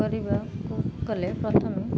କରିବାକୁ ଗଲେ ପ୍ରଥମେ